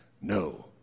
No